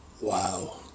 Wow